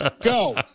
Go